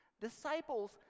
disciples